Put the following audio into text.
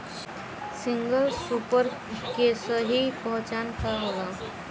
Single super के सही पहचान का होला?